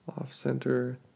off-center